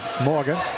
Morgan